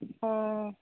ꯑꯣ